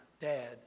dad